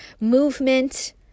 Movement